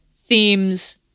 themes